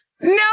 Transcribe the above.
No